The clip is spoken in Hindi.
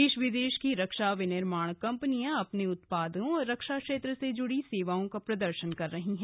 देश विदेश की रक्षा विनिर्माण कंपनियां अपने उत्पादों और रक्षा क्षेत्र से जुड़ी सेवाओं का प्रदर्शन कर रही हैं